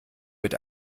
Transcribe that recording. mit